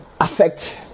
affect